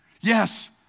Yes